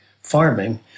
farming